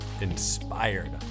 inspired